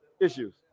issues